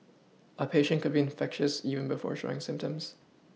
a patient could be infectious even before showing symptoms